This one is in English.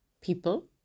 people